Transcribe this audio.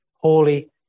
holy